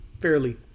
fairly